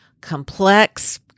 complex